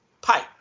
pipe